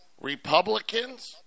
Republicans